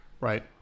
right